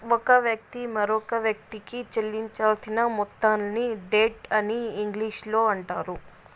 ఒక వ్యక్తి మరొకవ్యక్తికి చెల్లించాల్సిన మొత్తాన్ని డెట్ అని ఇంగ్లీషులో అంటారు